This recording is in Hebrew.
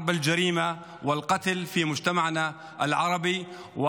לצערי, מלחמת הפשיעה והרצח בחברה הערבית שלנו.